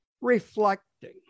reflecting